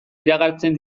iragartzen